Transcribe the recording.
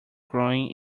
growing